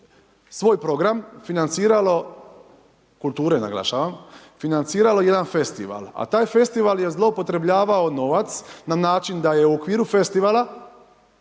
svoj program financiralo, kulture, naglašavam, financiralo jedan festival, a taj festival je zloupotrjebljavao novac, na način da je u okviru festivala